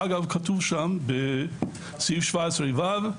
כתוב בסעיף 17(ו):